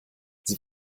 sie